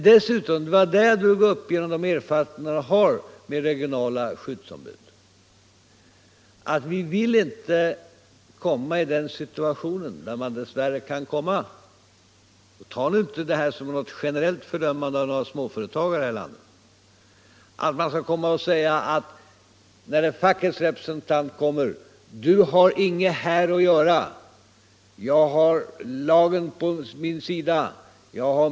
Dessutom — och det var därför jag drog upp de erfarenheter vi har av regionala skyddsombud =— vill vi inte komma i den situationen, som dess värre kan inträffa — ta nu inte det här som något generellt fördömande av landets småföretagare — att arbetsgivaren säger till fackets representant: Du har inget här att göra. Jag har lagen på min sida.